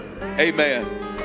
amen